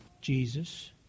Jesus